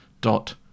Dot